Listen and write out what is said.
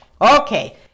Okay